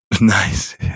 Nice